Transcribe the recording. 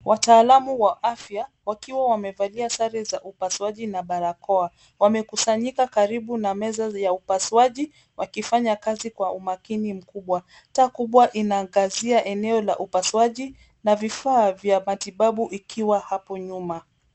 Wataalamu wa afya wakiwa wamevalia sare za upasuaji na barakoa. Wamekusanyika karibu na meza ya upasuaji wakifanya kazi kwa umakini mkubwa. Taa kubwa inaangazia eneo la upasuaji na vifaa vya matibabu ikiwa hapo nyuma.